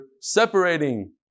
separating